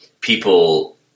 people